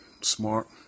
smart